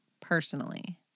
Personally